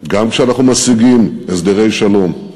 גם כשאנחנו משיגים הסדרי שלום,